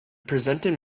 presented